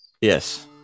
Yes